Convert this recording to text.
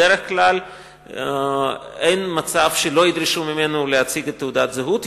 בדרך כלל אין מצב שלא ידרשו ממנו להציג את תעודת הזהות.